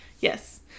Yes